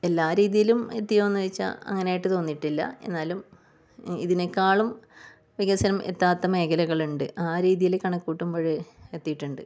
എല്ലാ രീതിയിലും എത്തിയോ എന്ന് ചോദിച്ചാൽ അങ്ങനെയായിട്ട് തോന്നിയിട്ടില്ല എന്നാലും ഇതിനെക്കാളും വികസനം എത്താത്ത മേഖലകളുണ്ട് ആ രീതിയിൽ കണക്ക് കൂട്ടുമ്പോൾ എത്തിയിട്ടുണ്ട്